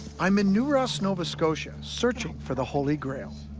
i'm in new ross, nova scotia, searching for the holy grail.